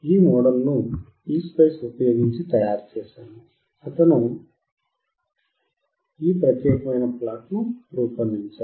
ఈ మోడల్ను పీస్పైస్ ఉపయోగించి తయారుచేశాము అతను ఈ ప్రత్యేకమైన ప్లాట్ను రూపొందించాడు